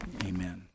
amen